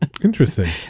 Interesting